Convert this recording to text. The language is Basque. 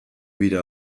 bira